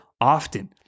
often